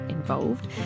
involved